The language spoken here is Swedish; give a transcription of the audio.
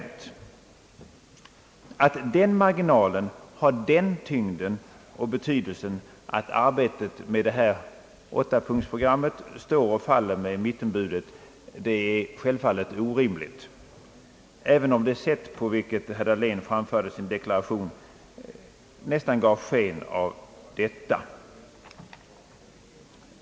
Talet om att den marginalen har sådan tyngd och sådan betydelse att arbetet med det här åttapunktsprogrammet står och faller med mittenbudet är självfallet orimligt, även om det sätt på vilket herr Dahlén framförde sin deklaration nästan gav sken av detta.